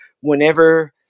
whenever